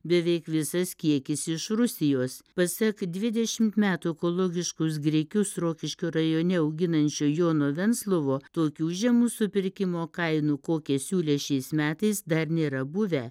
beveik visas kiekis iš rusijos pasak dvidešimt metų ekologiškus grikius rokiškio rajone auginančio jono venslovo tokių žemų supirkimo kainų kokias siūlė šiais metais dar nėra buvę